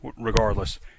Regardless